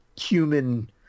human